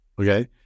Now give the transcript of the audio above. Okay